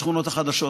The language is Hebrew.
לשכונות החדשות,